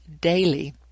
daily